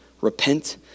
repent